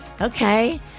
Okay